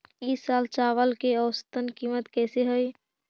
ई साल चावल के औसतन कीमत कैसे हई?